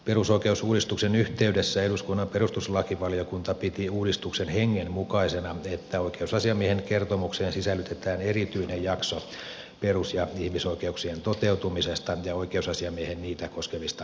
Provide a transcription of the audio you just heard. perusoikeusuudistuksen yhteydessä eduskunnan perustuslakivaliokunta piti uudistuksen hengen mukaisena että oikeusasiamiehen kertomukseen sisällytetään erityinen jakso perus ja ihmisoikeuksien toteutumisesta ja oikeusasiamiehen niitä koskevista havainnoista